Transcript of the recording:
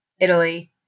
Italy